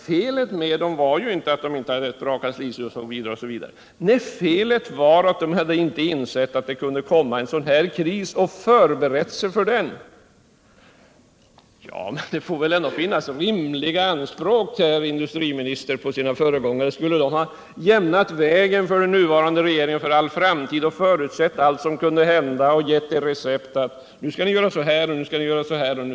Felet med den var inte att den inte hade ett bra kansli, osv. Nej, felet var att den inte insett att det kunde komma en sådan här kris och förberett sig för den. Men det får väl ändå finnas rimliga anspråk på föregångarna, herr industriminister. Skulle den ha jämnat vägen för den nuvarande regeringen för all framtid och förutsett allt som kunde hända och givit den recept — nu skall ni göra så här, nu skall ni göra så där?